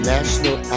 National